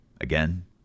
Again